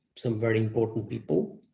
some very important people.